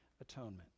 atonement